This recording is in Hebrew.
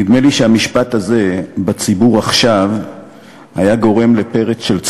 נדמה לי שהמשפט הזה היה גורם עכשיו בציבור לפרץ של צחוק,